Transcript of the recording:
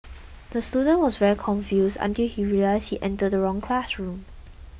the student was very confused until he realised he entered the wrong classroom